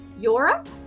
Europe